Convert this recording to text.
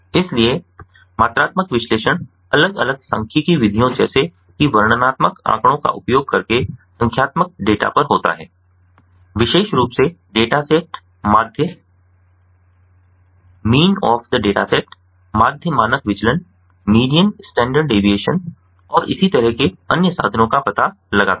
इसलिए मात्रात्मक विश्लेषण अलग अलग सांख्यिकीय विधियों जैसे कि वर्णनात्मक आंकड़ों का उपयोग करके संख्यात्मक डेटा पर होता है विशेष रूप से डेटासेट माध्य माध्य मानक विचलन और इसी तरह के अन्य साधनों का पता लगाता है